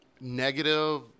negative